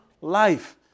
life